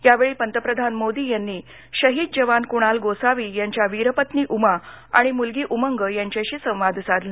यावेळी पंतप्रधान मोदी यांनी शहीद जवान कुणाल गोसावी यांच्या वीरपत्नी उमा आणि मुलगी उमंग यांच्याशी संवाद साधला